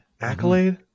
Accolade